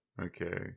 Okay